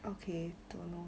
okay don't know